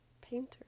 painter